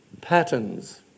patterns